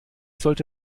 sollte